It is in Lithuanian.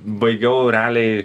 baigiau realiai